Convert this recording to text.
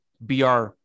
BR